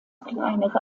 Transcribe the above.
kleinere